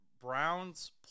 Browns